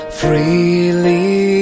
freely